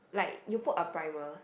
like you put a primer